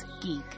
geek